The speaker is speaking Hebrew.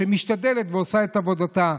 שמשתדלת ועושה את עבודתה.